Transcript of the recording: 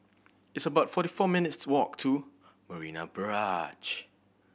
it's about forty four minutes' walk to Marina Barrage